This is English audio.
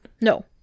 No